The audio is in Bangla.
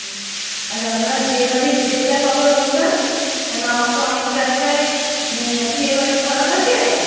আচ্ছা আপনার বিয়ে বাড়ির ডেটটা কবে বলবেন কারণ আমার তো অনেক জায়গায়ই বিয়েবাড়ি ধরা থাকে